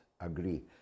agree